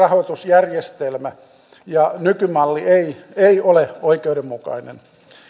kuntienvälinen rahoitusjärjestelmä nykymalli ei ei ole oikeudenmukainen